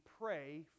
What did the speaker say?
pray